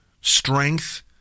strength